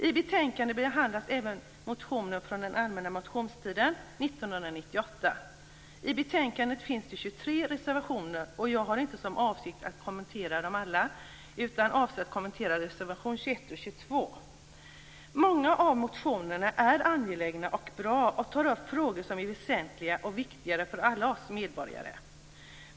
I betänkandet behandlas även motioner från den allmänna motionstiden 1998. I betänkandet finns det 23 reservationer. Jag har inte som avsikt att kommentera dem alla utan avser att kommentera reservationerna 21 och 22. Många av motionerna är angelägna och bra och tar upp frågor som är väsentliga och viktiga för alla oss som medborgare.